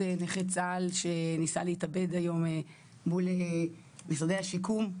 נכה צה"ל שניסה להתאבד היום מול משרדי השיקום,